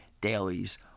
dailies